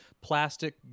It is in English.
plastic